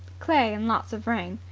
clay and lots of rain.